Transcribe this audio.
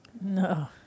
no